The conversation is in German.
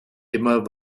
immer